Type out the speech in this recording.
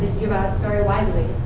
us, very widely.